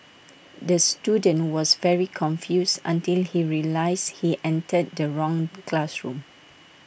the student was very confused until he realised he entered the wrong classroom